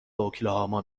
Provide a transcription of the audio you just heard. اوکلاهاما